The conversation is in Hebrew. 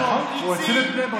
נכון, הוא הציל את בני ברק.